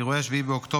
אירועי 7 באוקטובר,